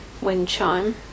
Windchime